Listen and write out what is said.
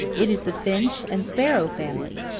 it is the finch and sparrow family.